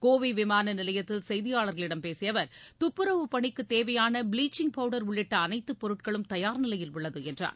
கோவை விமான நிலையத்தில் செய்தியாளர்களிடம் பேசிய அவர் துப்புரவு பணிக்கு தேவையான பீளிச்சிங் பவுடர் உள்ளிட்ட அனைத்து பொருட்களும் தயார் நிலையில் உள்ளது என்றார்